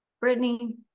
Brittany